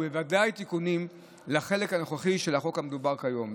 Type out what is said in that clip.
ובוודאי תיקונים לחלק הנוכחי של החוק המדובר היום.